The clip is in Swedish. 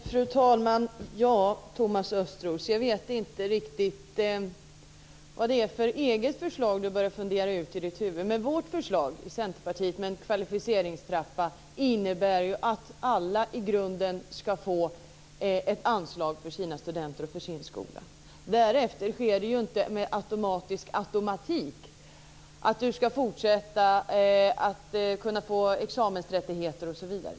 Fru talman! Jag vet inte riktigt vad det är för förslag Thomas Östros funderat ut i sitt eget huvud. Vårt förslag, Centerpartiets förslag, med en kvalificeringstrappa innebär ju att alla i grunden ska få ett anslag för sina studenter och sin skola. Därefter sker det inte med automatik att man ska kunna fortsätta ha examensrättigheter osv.